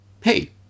Hey